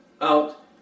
out